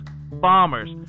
Bombers